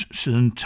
siden